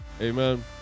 Amen